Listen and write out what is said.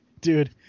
Dude